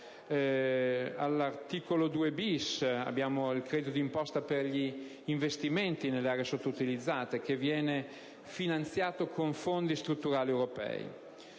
All'articolo 2-*bis* è previsto il credito d'imposta per gli investimenti nelle aree sottoutilizzate, finanziato con Fondi strutturali europei.